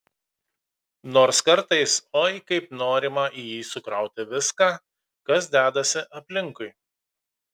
nors kartais oi kaip norima į jį sukrauti viską kas dedasi aplinkui